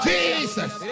Jesus